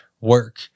work